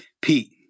Pete